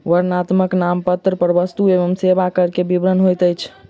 वर्णनात्मक नामपत्र पर वस्तु एवं सेवा कर के विवरण होइत अछि